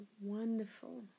wonderful